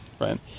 right